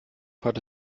hatte